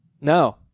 No